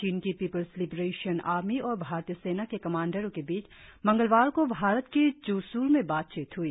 चीन की People's Liberation Army और भारतीय सेना के कमांडरों के बीच मंगलवार को भारत के च्श्ल में बातचीत हई